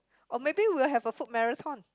or maybe we will have a food marathon